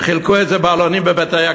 וחילקו את זה בבתי-הכנסת.